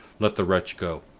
let the wretch go.